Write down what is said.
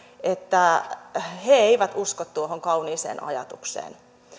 että he eivät usko tuohon kauniiseen ajatukseen